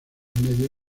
medio